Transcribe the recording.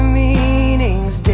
meanings